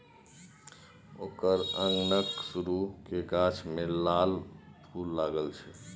ओकर अंगनाक सुरू क गाछ मे लाल लाल फूल लागल छै